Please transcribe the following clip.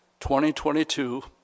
2022